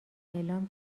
اعلام